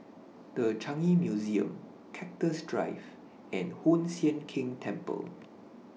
The Changi Museum Cactus Drive and Hoon Sian Keng Temple